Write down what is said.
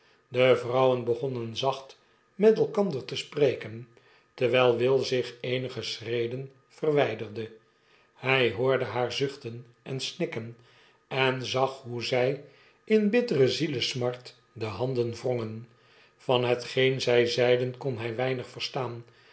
de vrouwen begonnen zacht met elkander te spreken terwijl will zich eenige schreden verwijderde hij hoorde haar zuchten en snikken en zag hoe zij in bittere zielesmart de handen wrongen van hetgeen zij zeiden kon hij weinig verstaan